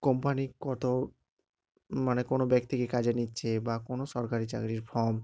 company কত মানে কোনো ব্যক্তিকে কাজে নিচ্ছে বা কোনো সরকারি চাকরির ফর্ম